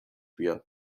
بیاد